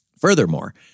Furthermore